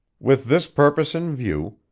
with this purpose in view,